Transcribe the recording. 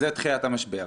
אז זה תחילת המשבר.